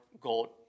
gold